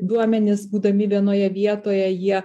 duomenys būdami vienoje vietoje jie